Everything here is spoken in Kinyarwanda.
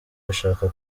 ushaka